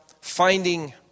finding